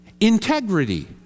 integrity